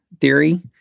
theory